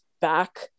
back